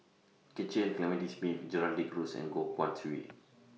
Cecil Clementi Smith Gerald De Cruz and Goh Guan Siew